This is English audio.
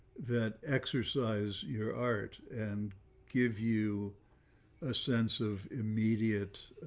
that exercise your art and give you a sense of immediate